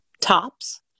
tops